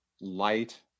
light